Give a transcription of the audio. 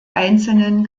einzelnen